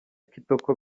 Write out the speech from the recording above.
kitoko